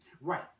Right